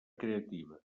creativa